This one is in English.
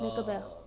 哪一个 bell